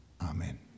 Amen